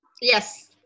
Yes